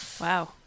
Wow